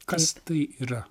kas tai yra